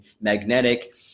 magnetic